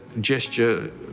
gesture